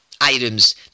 items